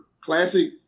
Classic